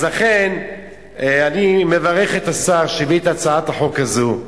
אז לכן, אני מברך את השר שהביא את הצעת החוק הזו.